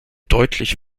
deutlich